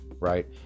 right